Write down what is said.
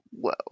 Whoa